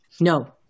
No